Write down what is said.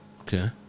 okay